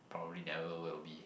probably never will be